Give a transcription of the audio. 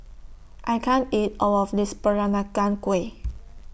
I can't eat All of This Peranakan Kueh